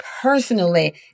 personally